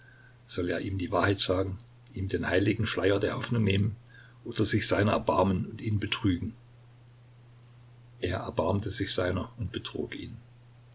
soll er ihm die wahrheit sagen ihm den heiligen schleier der hoffnung nehmen oder sich seiner erbarmen und ihn betrügen er erbarmte sich seiner und betrog ihn